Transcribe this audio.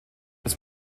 das